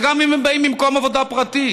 וגם אם הם באים ממקום עבודה פרטי,